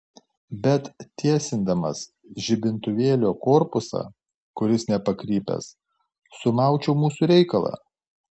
bet tiesindamas žibintuvėlio korpusą kuris nepakrypęs sumaučiau mūsų reikalą